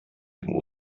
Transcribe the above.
dem